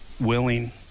willing